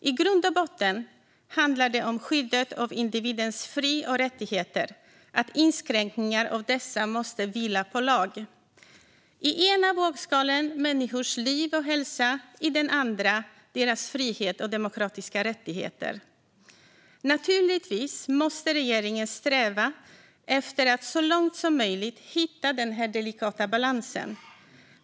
I grund och botten handlar det om skyddet av individens fri och rättigheter - inskränkningar av dessa måste vila på lag. I den ena vågskålen ligger människors liv och hälsa; i den andra vågskålen ligger deras frihet och demokratiska rättigheter. Naturligtvis måste regeringen sträva efter att så långt som möjligt hitta den här delikata balansen.